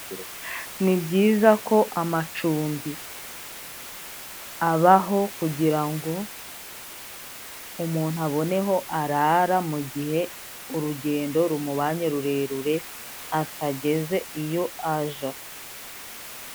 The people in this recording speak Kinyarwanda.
Ni byiza ko amacumbi abaho kugira ngo umuntu abone aho arara mu gihe urugendo rumubanye rurerure atageze iyo aja.